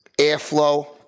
airflow